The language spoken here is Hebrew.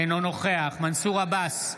אינו נוכח מנסור עבאס,